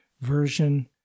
version